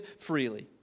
freely